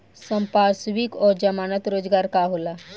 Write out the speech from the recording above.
संपार्श्विक और जमानत रोजगार का होला?